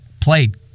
played